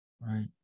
right